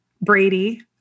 Brady